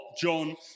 John